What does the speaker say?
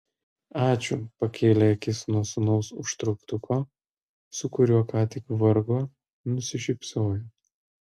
ačiū pakėlė akis nuo sūnaus užtrauktuko su kuriuo ką tik vargo nusišypsojo